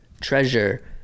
treasure